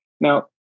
Now